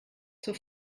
zur